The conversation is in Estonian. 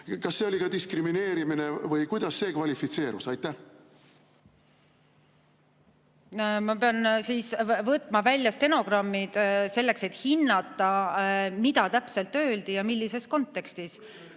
Kas see oli ka diskrimineerimine või kuidas see kvalifitseerus? Ma pean siis võtma välja stenogrammid, selleks et hinnata, mida täpselt öeldi ja millises kontekstis.